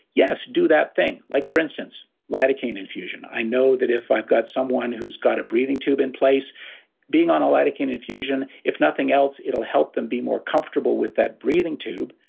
yes, do that thing like for instance, lidocaine infusion, i know that if i've got someone who's got a breathing tube in place being on a lidocaine infusion, if nothing else, it'll help them be more comfortable with that breathing tube,